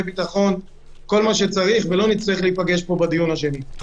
ביטחון וכל מה שצריך ולא נצטרך להיפגש כאן בדיון נוסף.